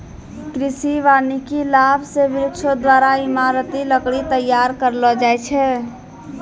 कृषि वानिकी लाभ से वृक्षो द्वारा ईमारती लकड़ी तैयार करलो जाय छै